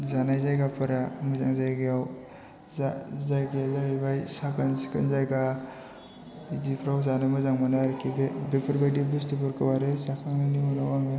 जानाय जायगाफोरा मोजां जायगायाव जायगाया जाहैबाय साखोन सिखोन जायगा बिदिफ्राव जानो मोजां मोनो आरोखि बेफोरबायदि बुस्थुफोरखौ आरो जाखांनायनि उनाव आङो